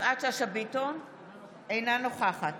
אינה נוכחת